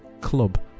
club